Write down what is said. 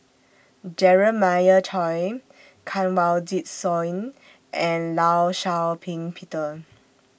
Jeremiah Choy Kanwaljit Soin and law Shau Ping Peter